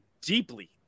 deeply